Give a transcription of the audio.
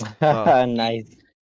Nice